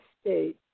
state